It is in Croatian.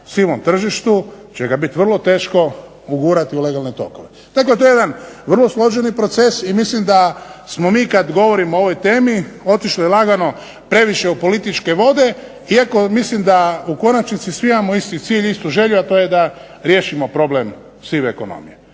sivom tržištu će ga bit vrlo teško ugurati u legalne tokove. Dakle, to je jedan vrlo složeni proces i mislim da smo mi kad govorimo o ovoj temi otišli lagano previše u političke vode, iako mislim da u konačnici svi imamo isti cilj i istu želju, a to je da riješimo problem sive ekonomije.